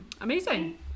amazing